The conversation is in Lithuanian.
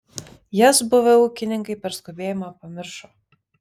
jas buvę ūkininkai per skubėjimą pamiršo